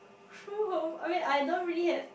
true home I mean I don't really have